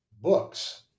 books